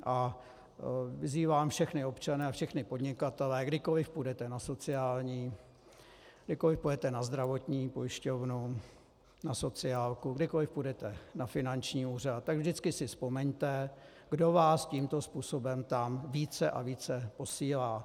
A vyzývám všechny občany a všechny podnikatele, kdykoliv půjdete na sociální, kdykoliv půjdete na zdravotní pojišťovnu, na sociálku, kdykoliv půjdete na finanční úřad, tak vždycky si vzpomeňte, kdo vás tímto způsobem tam více a více posílá.